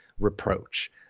reproach